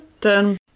done